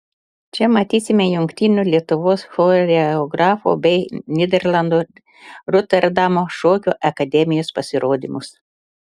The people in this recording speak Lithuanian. čia matysime jungtinių lietuvos choreografų bei nyderlandų roterdamo šokio akademijos pasirodymus